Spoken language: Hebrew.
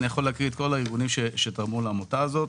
מה לעשות שפעילות שכזו היא בניגוד לחוק יסודות התקציב?